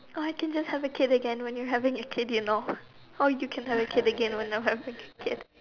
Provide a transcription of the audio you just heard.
oh I can just have a kid again when you are having a kid you know or you can have a kid again when I am having a kid